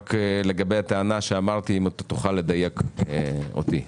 רק לגבי הטענה שאמרתי, אם תוכל לדייק אותי.